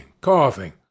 coughing